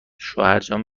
شوهرجان